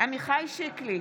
עמיחי שיקלי,